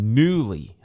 newly